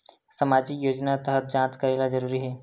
सामजिक योजना तहत जांच करेला जरूरी हे